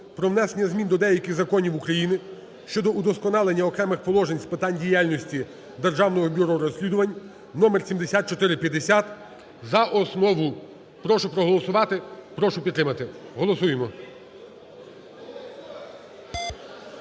про внесення змін до деяких законів України щодо удосконалення окремих положень з питань діяльності Державного бюро розслідувань (номер 7450) за основу. Прошу проголосувати, прошу підтримати. Голосуємо.